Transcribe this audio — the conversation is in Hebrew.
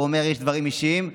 הוא אומר שיש דברים אישיים,